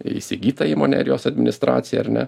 įsigytą įmonę ir jos administraciją ar ne